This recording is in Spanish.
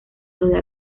rodea